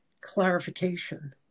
clarification